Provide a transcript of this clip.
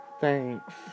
Thanks